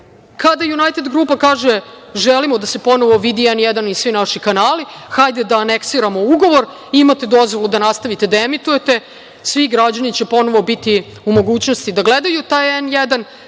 Kada „Junajted grupa“ kaže – želimo da se ponovo vidi „N1“ i svi naši kanali, hajde da aneksiramo ugovor, imate dozvolu da nastavite da emitujete, svi građani će ponovo biti u mogućnosti da gledaju taj „N1“